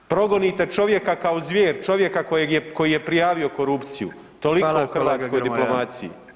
Progonite čovjeka kao zvjer, čovjeka kojeg je, koji je prijavio korupciju, toliko [[Upadica: Hvala kolega Grmoja]] o hrvatskoj diplomaciji.